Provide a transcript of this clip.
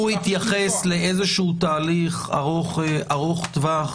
התייחס לתהליך ארוך טווח,